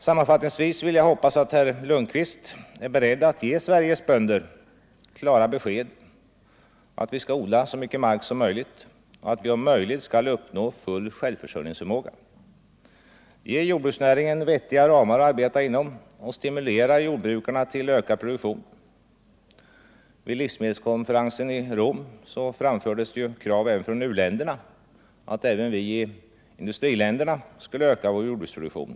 Sammanfattningsvis vill jag hoppas att herr Lundkvist är beredd att ge Sveriges bönder det klara beskedet att vi skall odla så mycket mark som möjligt och att vi om möjligt skall uppnå full självförsörjningsförmåga. Ge jordbruksnäringen vettiga ramar att arbeta inom och stimulera jordbrukarna till ökad produktion! Vid livsmedelskonferensen i Rom framfördes ju krav från u-länderna på att även vi i industriländerna skulle öka vår jordbruksproduktion.